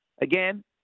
Again